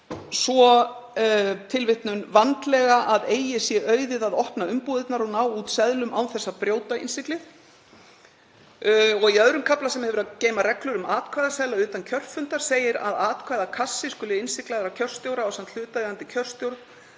,,svo vandlega að eigi sé auðið að opna umbúðirnar og ná út seðlum án þess að brjóta innsiglið.“ Í II. kafla, sem hefur að geyma reglur um atkvæðaseðla utan kjörfundar, segir að atkvæðakassi skuli innsiglaður af kjörstjóra ásamt hlutaðeigandi kjörstjórn